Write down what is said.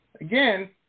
again